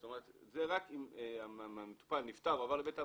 זאת אומרת רק הם המטופל נפטר או עבר לבית אבות,